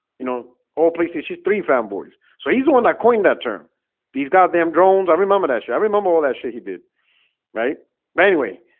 you know. oh, please she's three fanboys. so he's the one that coined that term these goddamn drones i remember that shit. i remember all that shit he did right but anyway